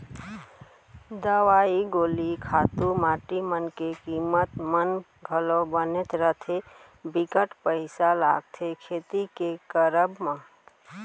दवई गोली खातू माटी मन के कीमत मन घलौ बनेच रथें बिकट पइसा लगथे खेती के करब म